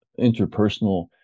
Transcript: interpersonal